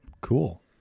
cool